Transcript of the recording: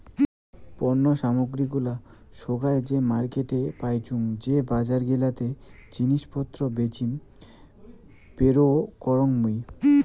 পণ্য সামগ্রী গুলা সোগায় যে মার্কেটে পাইচুঙ যে বজার গিলাতে জিনিস পত্র বেচিম পেরোয় করাং হই